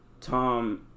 Tom